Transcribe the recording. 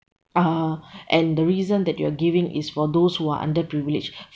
uh and the reason that you are giving is for those who are under privileged